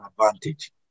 advantage